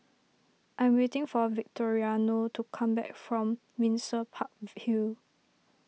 I am waiting for Victoriano to come back from Windsor Park Hill